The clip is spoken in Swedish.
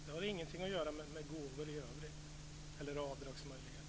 Det har inget att göra med gåvor i övrigt eller med avdragsmöjligheter.